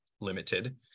limited